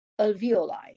alveoli